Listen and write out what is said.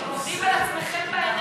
אתם עובדים על עצמכם בעיניים.